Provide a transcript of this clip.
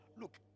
Look